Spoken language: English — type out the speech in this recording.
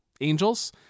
angels